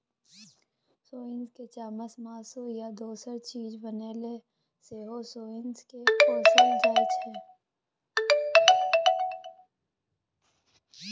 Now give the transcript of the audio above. सोंइस केर चामसँ मासु या दोसर चीज बनेबा लेल सेहो सोंइस केँ पोसल जाइ छै